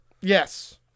Yes